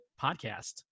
podcast